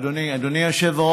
מרתיח כל כך.